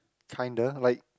kinda like